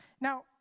Now